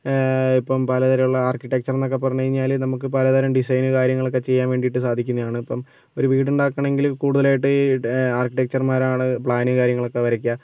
ഇപ്പം പലതരമുള്ള ആർക്കിടെക്ചർ എന്നൊക്കെ പറഞ്ഞുകഴിഞ്ഞാല് നമുക്ക് പലതരം ഡിസൈനും കാര്യങ്ങളും ചെയ്യാൻവേണ്ടിയിട്ട് സാധിക്കുന്നതാണ് ഇപ്പോൾ ഒരു വീടുണ്ടാക്കണമെങ്കിൽ കുടുതലായിട്ട് ആർക്കിടെക്ചർമാരാണ് പ്ലാനും കാര്യങ്ങളും വരയ്ക്കുക